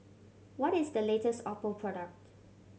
what is the latest Oppo product